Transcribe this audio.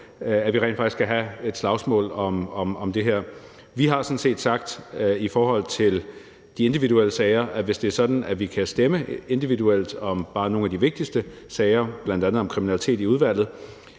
at vi rent faktisk skal have et slagsmål om det her. Vi har egentlig sagt i forhold til de individuelle sager, at det, hvis det er sådan, at vi i udvalget kan stemme individuelt om bare nogle af de vigtigste sager, bl.a. om kriminalitet, og